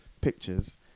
pictures